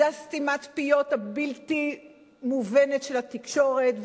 זה סתימת הפיות הבלתי-מובנת של התקשורת,